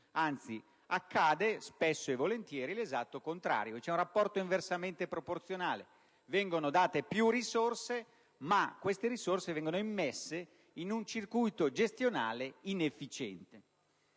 Anzi, accade spesso e volentieri l'esatto contrario: c'è un rapporto inversamente proporzionale, per cui vengono date più risorse, ma queste vengono immesse in un circuito gestionale inefficiente.